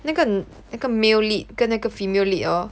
那个那个 male lead 跟那个 female lead hor